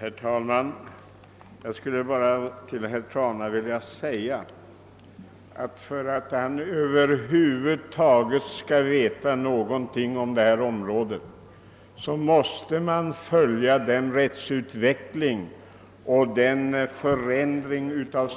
Herr talman! Jag vill säga till herr Trana att om man över huvud taget skall kunna förstå någonting av detta ärende, måste man ha följt rättsutvecklingen och iakttagit de förändringar